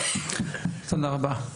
תודה רבה.